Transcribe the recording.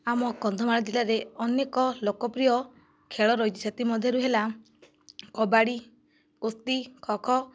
ଆମ କନ୍ଧମାଳ ଜିଲ୍ଲାରେ ଅନେକ ଲୋକପ୍ରିୟ ଖେଳ ରହିଛି ସେଥିମଧ୍ୟରୁ ହେଲା କବାଡ଼ି କୁସ୍ତି ଖୋଖୋ